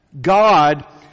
God